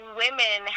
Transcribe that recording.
women